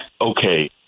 okay